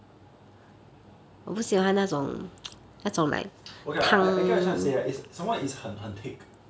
okay I I guess I'm trying to say ah is some more is 很 thick